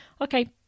Okay